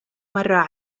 مرة